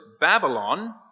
Babylon